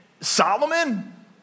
Solomon